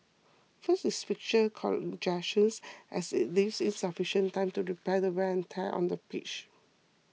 first is fixture congestions as it leaves insufficient time to repair the wear and tear on the pitch